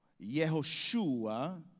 Yehoshua